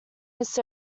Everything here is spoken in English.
this